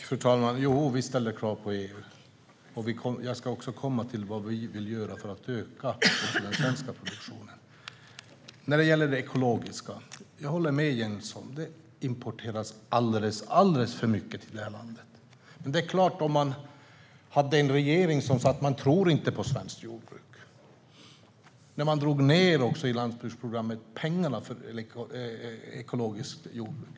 Fru talman! Jo, vi ställer krav på EU. Jag kommer till vad vi vill göra för att öka också den svenska produktionen. När det gäller det ekologiska håller jag med Jens Holm. Det importeras alldeles för mycket till det här landet. Det kunde vara så om man hade en regering som sa att den inte tror på svenskt jordbruk och drog ned på pengarna i landsbygdsprogrammet till ekologiskt jordbruk.